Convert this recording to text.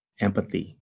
empathy